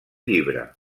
llibre